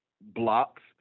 blocks